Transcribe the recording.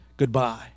goodbye